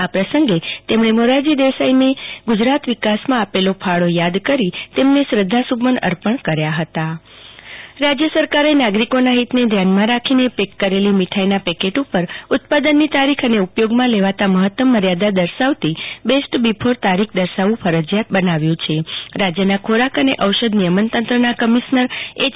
આ પ્રસંગે તેમણે મોરારજી દેસાઈનો ગુ જરાતના વિકાસમાં આપેલ ફાળો યાદ કરી તેમને શ્રધ્ધસુ મન અર્પણ કર્યા હતા જાગૃતિ વકીલ મીઠાઈ તારીખ રાજ્ય સરકારે નાગરિકોના હિતને ધ્યાનમાં રાખીને પેક કરેલી મીઠાઈના પેકેટ ઉપર ઉત્પાદનની તારીખ અને ઉપયોગમાં લેવામાં મહત્તમ મર્યાદા દર્શાવતી બેસ્ટ બિફોર તારીખ દર્શાવવુ ફરજીયાત બનાવ્યુ છે રાજ્યના ખોરાક અને ઔષધ નિયમનતંત્રના કમિશ્નર એચ